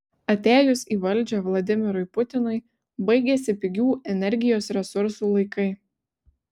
atėjus į valdžią vladimirui putinui baigėsi pigių energijos resursų laikai